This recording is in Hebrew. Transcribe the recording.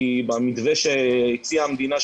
כי במתווה שהציעה המדינה,